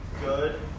good